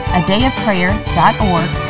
adayofprayer.org